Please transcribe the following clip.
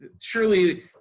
surely